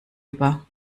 über